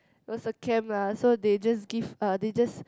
it was a camp lah so they just give uh they just